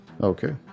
Okay